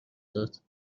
داد